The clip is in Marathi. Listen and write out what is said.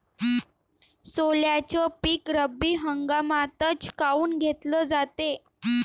सोल्याचं पीक रब्बी हंगामातच काऊन घेतलं जाते?